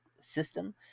system